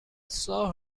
saw